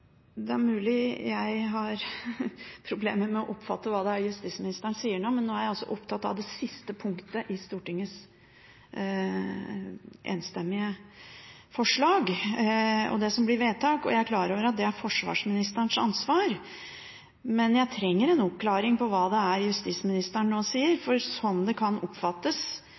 Det er mulig jeg har problemer med å oppfatte hva det er justisministeren sier nå, men nå er jeg opptatt av det siste punktet i komiteens enstemmige forslag og det som blir vedtak. Jeg er klar over at det er forsvarsministerens ansvar, men jeg trenger en oppklaring på hva det er justisministeren nå sier,